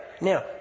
Now